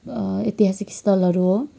ऐतिहासिक स्थलहरू हो